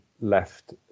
left